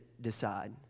decide